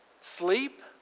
sleep